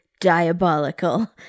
Diabolical